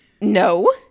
no